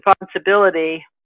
responsibility